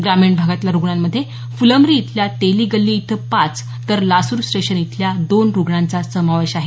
ग्रामीण भागातल्या रूग्णांमध्ये फुलंब्री इथल्या तेली गल्ली इथं पाच तर लासूर स्टेशन इथल्या दोन रूग्णांचा समावेश आहे